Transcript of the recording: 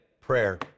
prayer